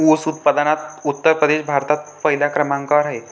ऊस उत्पादनात उत्तर प्रदेश भारतात पहिल्या क्रमांकावर आहे